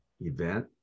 event